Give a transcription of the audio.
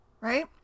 right